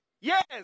Yes